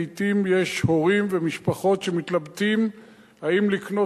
לעתים יש הורים ומשפחות שמתלבטים אם לקנות